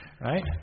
right